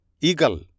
Eagle